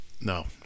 no